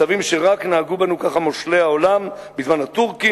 צווים שנתנו כמותם ונהגו בנו ככה רק מושלי העולם בזמן הטורקים,